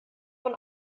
von